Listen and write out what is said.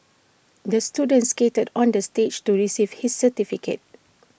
the student skated on the stage to receive his certificate